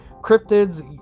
cryptids